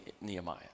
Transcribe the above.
Nehemiah